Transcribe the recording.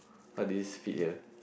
how did this fit here